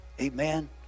Amen